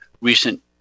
recent